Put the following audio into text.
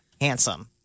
Handsome